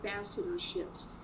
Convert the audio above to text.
ambassadorships